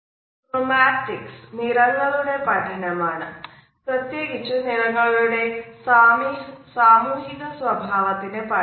chromatics നിറങ്ങളുടെ പഠനം ആണ് പ്രത്ത്യേകിച് നിറങ്ങളുടെ സാമൂഹിക സ്വഭാവത്തിന്റെ പഠനം